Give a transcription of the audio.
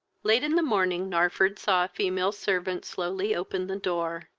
late in the morning narford saw a female servant slowly open the door.